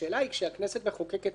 כשהכנסת מחוקקת נורמה,